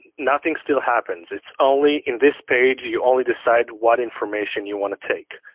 nothing still happens, it's only in this page, you only decide what information you want to take.